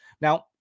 Now